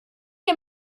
dir